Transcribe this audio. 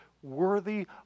Worthy